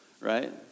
right